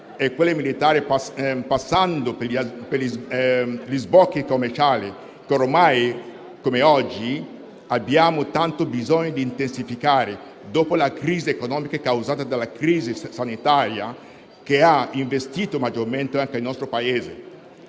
in quello militare, passando per gli sbocchi commerciali che mai come oggi abbiamo tanto bisogno di intensificare, dopo la crisi economica causata dalla crisi sanitaria, che ha investito maggiormente anche il nostro Paese.